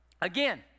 Again